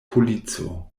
polico